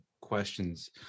questions